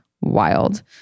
wild